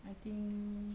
I think